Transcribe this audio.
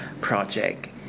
project